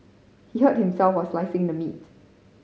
he hurt himself while slicing the meat